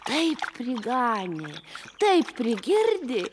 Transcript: taip priganė taip prigirdė